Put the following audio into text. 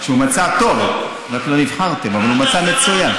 הוא מצע טוב, רק לא נבחרתם, אבל הוא מצע מצוין.